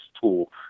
tool